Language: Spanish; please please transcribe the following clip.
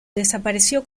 desapareció